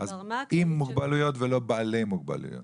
אבל בגלל הדיון אנחנו מתמקדים בילדים עם מוגבלויות,